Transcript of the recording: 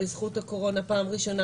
בזכות הקורונה, פעם ראשונה